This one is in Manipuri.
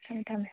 ꯊꯝꯃꯦ ꯊꯝꯃꯦ